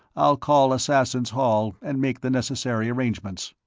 i'll call assassins' hall and make the necessary arrangements.